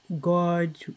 god